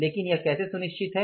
लेकिन यह कैसे सुनिश्चित है